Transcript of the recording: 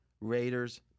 Raiders